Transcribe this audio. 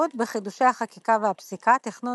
התחשבות בחידושי החקיקה והפסיקה – תכנון